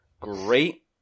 Great